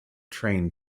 train